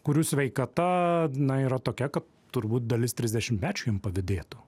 kurių sveikata na yra tokia kad turbūt dalis trisdešimtmečių jum pavydėtų